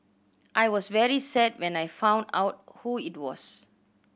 I was very sad when I found out who it was